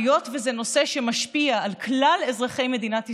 היות שזה נושא שמשפיע על כלל אזרחי מדינת ישראל,